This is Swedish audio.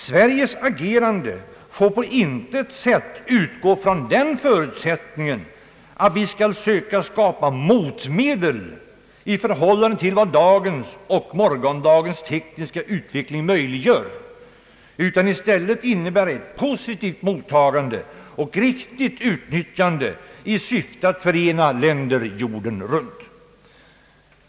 Sveriges agerande får dock på intet sätt utgå från den förutsättningen att vi skall söka skapa motmedel i förhållande till vad dagens och morgondagens tekniska utveckling möjliggör. Det bör i stället innebära ett positivt mottagande och riktigt utnyttjande i syfte att förena länder jorden runt.